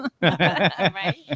Right